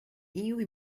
iuj